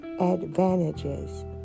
advantages